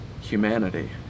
humanity